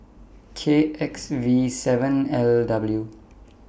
K X V seven L W